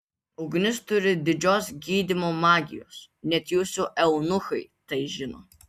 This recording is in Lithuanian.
ugnis turi didžios gydymo magijos net jūsų eunuchai tai žino